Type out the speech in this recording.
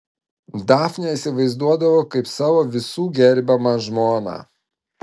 dafnę įsivaizduodavo kaip savo visų gerbiamą žmoną